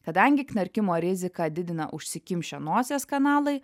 kadangi knarkimo riziką didina užsikimšę nosies kanalai